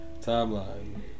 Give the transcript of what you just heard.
timeline